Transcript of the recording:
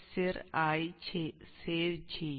cir ആയി save ചെയ്യും